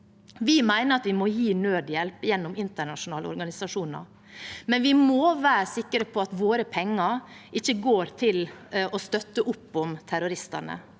Vi mener at vi må gi nødhjelp gjennom internasjonale organisasjoner, men vi må være sikre på at våre penger ikke går til å støtte opp om terroristene.